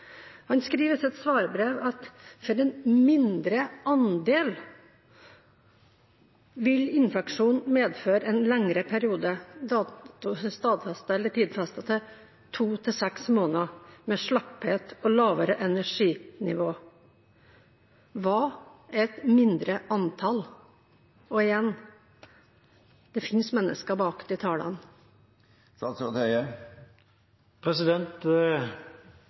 Han skriver i sitt svarbrev at for en mindre andel vil infeksjonen medføre en lengre periode, tidfestet til 2–6 måneder, med slapphet og lavere energinivå. Hva er et mindre antall? Og igjen, det finnes mennesker